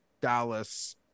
Dallas